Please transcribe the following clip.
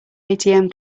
atm